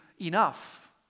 enough